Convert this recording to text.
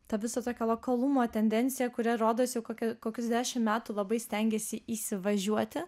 tą visą tokią lokalumo tendenciją kuri rodos jau kokiu kokius dešim metų labai stengėsi įsivažiuoti